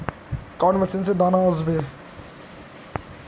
कौन मशीन से दाना ओसबे?